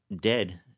dead